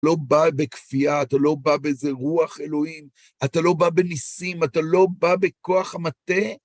אתה לא בא בכפייה, אתה לא בא באיזה רוח אלוהים, אתה לא בא בניסים, אתה לא בא בכוח המטה?